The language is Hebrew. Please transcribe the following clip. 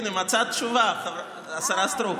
הינה, מצאת תשובה, השרה סטרוק.